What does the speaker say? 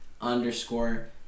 underscore